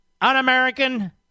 Un-American